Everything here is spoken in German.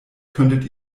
könntet